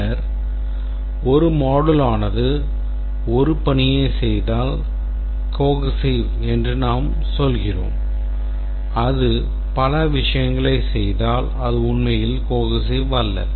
பின்னர் ஒரு module ஆனது ஒரு பணியைச் செய்தால் cohesive என்று நாம் சொல்கிறோம் அது பல விஷயங்களைச் செய்தால் அது உண்மையில் cohesive அல்ல